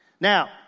Now